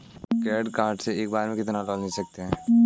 Credit card से एक बार में कितना लोन ले सकते हैं?